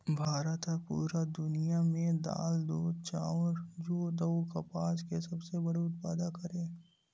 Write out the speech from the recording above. भारत हा पूरा दुनिया में दाल, दूध, चाउर, जुट अउ कपास के सबसे बड़े उत्पादक हरे